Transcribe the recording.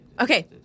Okay